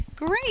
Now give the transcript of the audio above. Great